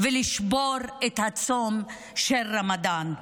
ולשבור את צום רמדאן.